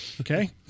Okay